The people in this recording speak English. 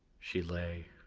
she lay,